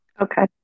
Okay